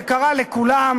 זה קרה לכולם.